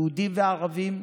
יהודים וערבים,